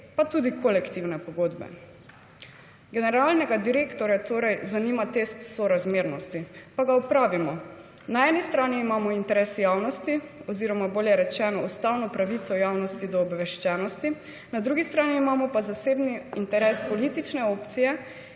pa tudi kolektivne pogodbe. Generalnega direktorja torej zanima test sorazmernosti. Pa ga opravimo. Na eni strani imamo interes javnosti oziroma bolje rečeno ustavno pravico javnosti do obveščenosti, na drugi strani imamo pa zasebni interes politične opcije,